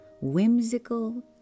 whimsical